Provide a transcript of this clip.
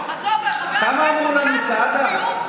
כמה אמרו לנו, סעדה?